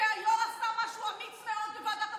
והיו"ר עשה משהו אמיץ מאוד בוועדת הבריאות,